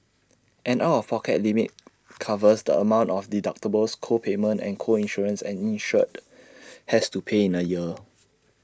an out of pocket limit covers the amount of deductibles co payments and co insurance an insured has to pay in A year